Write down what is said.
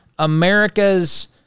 America's